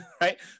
right